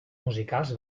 musicals